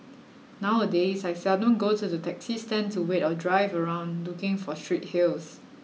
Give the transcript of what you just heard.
nowadays I seldom go to the taxi stand to wait or drive around looking for street hails